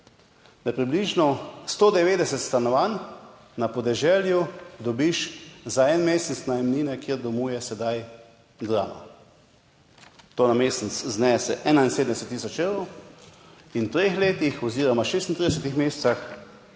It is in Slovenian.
da približno 190 stanovanj na podeželju dobiš za en mesec najemnine, kjer domuje sedaj Drama, to na mesec znese 71 tisoč evrov in v treh letih oziroma v 36 mesecih